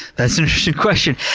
that's an interesting question.